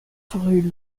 rue